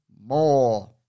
more